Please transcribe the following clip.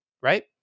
right